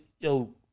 yo